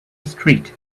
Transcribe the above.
street